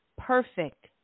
perfect